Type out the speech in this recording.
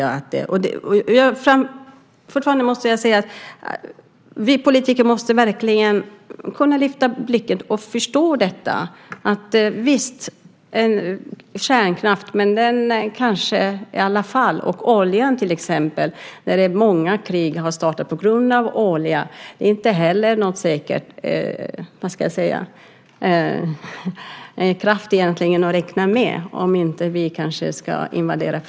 Och fortfarande måste jag säga att vi politiker verkligen måste kunna lyfta blicken för att förstå detta. Och kärnkraften är en energikälla. Beträffande oljan har många krig startats på grund av den. Och det är inte heller någon säker energikälla att räkna med om inte fler länder ska invaderas.